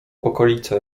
okolica